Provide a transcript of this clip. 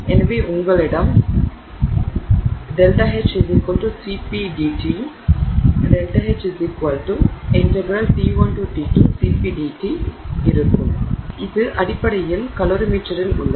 எனவே உங்களிடம் இது இருக்கும் ∆H Cp × dT ∆H T1T2CpdT எனவே இது அடிப்படையில் ஒரு கலோரிமீட்டரில் உள்ளது